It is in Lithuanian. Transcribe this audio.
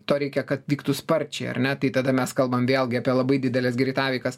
to reikia kad vyktų sparčiai ar ne tai tada mes kalbam vėlgi apie labai dideles greitaveikas